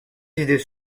idées